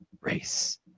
race